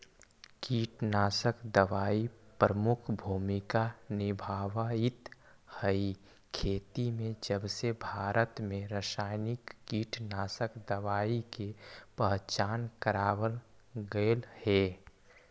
कीटनाशक दवाई प्रमुख भूमिका निभावाईत हई खेती में जबसे भारत में रसायनिक कीटनाशक दवाई के पहचान करावल गयल हे